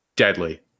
Deadly